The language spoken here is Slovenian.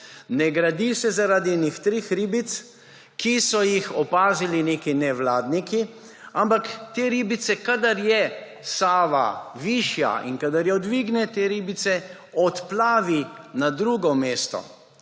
Ne gradi se zaradi enih treh ribic, ki so jih opazili neki nevladniki, ampak te ribice, kadar je Sava višja in kadar jo dvigne, te ribice odplavi na drugo mesto,